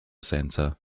center